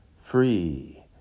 free